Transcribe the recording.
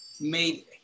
made